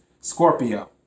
Scorpio